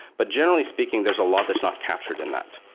but generally speaking, there's a lot that's not captured in that,